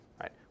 right